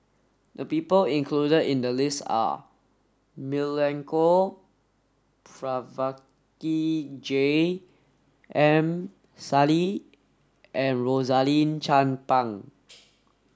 the people included in the list are Milenko Prvacki J M Sali and Rosaline Chan Pang